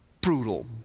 brutal